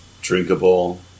drinkable